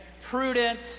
prudent